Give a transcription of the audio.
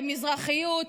במזרחיות,